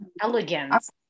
elegance